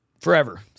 Forever